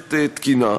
מערכת תקינה.